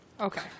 Okay